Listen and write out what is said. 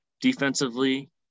defensively